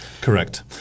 Correct